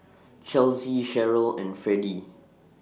Chelsie Sherryl and Fredie